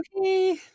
Okay